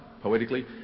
poetically